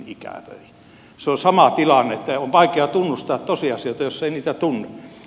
se on sama tilanne että on vaikea tunnustaa tosiasioita jos ei niitä tunne